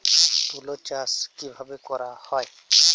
তুলো চাষ কিভাবে করা হয়?